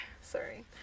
Sorry